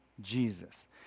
Jesus